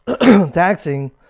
taxing